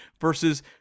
versus